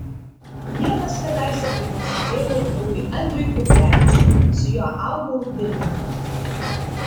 vienas kadaise priklausė tėvo draugui andriui kuprevičiui su juo augau vilniuje